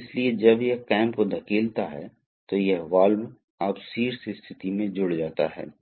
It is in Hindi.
तो यह है जब हम हाइड्रोलिक सर्किट बनाएंगे हम सिंबल को साथ साथ दिखा रहे हैं